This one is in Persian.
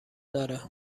داره